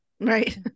Right